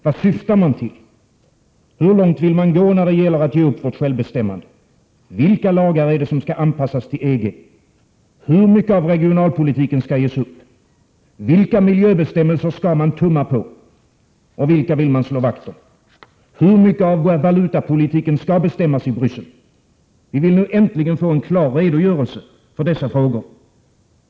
Vad syftar man till? Hur långt vill man gå när det gäller att ge upp vårt självbestämmande? Vilka lagar skall anpassas till EG? Hur mycket av regionalpolitiken skall ges upp? Vilka miljöbestämmelser skall man tumma på och vilka vill man slå vakt om? Hur mycket av valutapolitiken skall bestämmas i Bryssel? Vi vill nu äntligen få en klar redogörelse för dessa frågor.